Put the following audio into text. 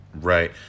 Right